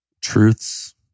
truths